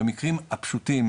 במקרים הפשוטים,